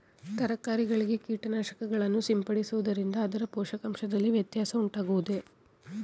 ತರಕಾರಿಗಳಿಗೆ ಕೀಟನಾಶಕಗಳನ್ನು ಸಿಂಪಡಿಸುವುದರಿಂದ ಅದರ ಪೋಷಕಾಂಶದಲ್ಲಿ ವ್ಯತ್ಯಾಸ ಉಂಟಾಗುವುದೇ?